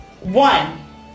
one